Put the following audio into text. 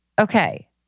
Okay